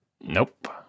nope